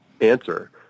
answer